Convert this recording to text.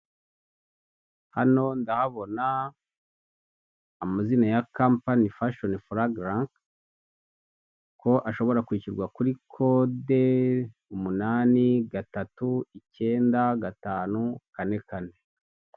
Hano ndahabona amazina ya kompanyi wifashisha uragura ko ashobora kwishyurwa kuri kode umunani, gatatu, ikenda, gatanu, kane kane.